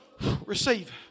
Receive